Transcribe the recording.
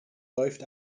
läuft